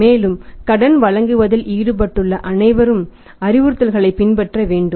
மேலும் கடன் வழங்குவதில் ஈடுபட்டுள்ள அனைவரும் அறிவுறுத்தல்களைப் பின்பற்ற வேண்டும்